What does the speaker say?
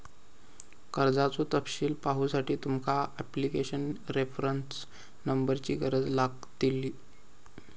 कर्जाचो तपशील पाहुसाठी तुमका ॲप्लीकेशन रेफरंस नंबरची गरज लागतली